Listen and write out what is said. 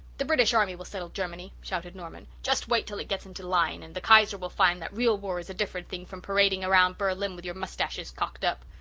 the british army will settle germany, shouted norman. just wait till it gets into line and the kaiser will find that real war is a different thing from parading round berlin with your moustaches cocked up.